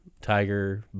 Tiger